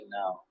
now